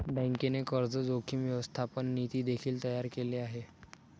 बँकेने कर्ज जोखीम व्यवस्थापन नीती देखील तयार केले आहे